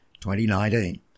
2019